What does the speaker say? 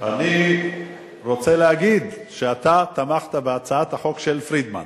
אני רוצה להגיד שאתה תמכת בהצעת החוק של פרידמן,